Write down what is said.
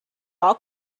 all